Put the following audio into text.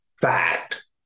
fact